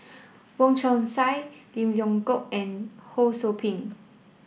Wong Chong Sai Lim Leong Geok and Ho Sou Ping